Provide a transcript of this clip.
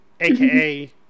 AKA